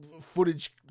footage